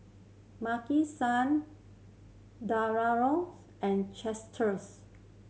Maki San Diadoras and Chipsters